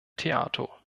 theato